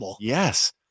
Yes